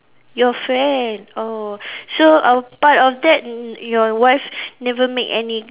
you friend oh so apart of that your wife never make any